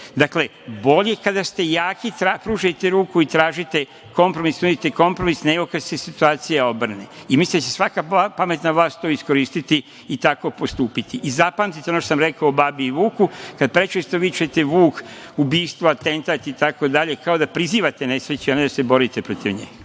bolje kada ste jaki, treba pružiti ruku i tražiti kompromis, i nuditi kompromis, nego kada se situacija obrne. I mislim da će svaka pametna vlast to iskoristiti i tako postupiti. Zapamtite ono što sam rekao o babi i vuku. Kad prečesto vičete - vuk, ubistva, atentat, kao da prizivate nesreću, a ne da se borite protiv nje.